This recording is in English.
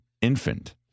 infant